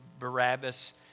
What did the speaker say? Barabbas